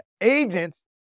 Agents